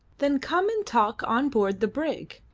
then come and talk on board the brig,